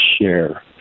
share